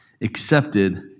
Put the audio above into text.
accepted